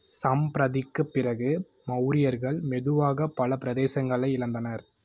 சம்ப்ரதிக்குப் பிறகு மௌரியர்கள் மெதுவாக பல பிரதேசங்களை இழந்தனர்